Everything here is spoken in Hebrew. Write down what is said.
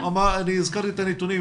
והזכרתי את הנתונים,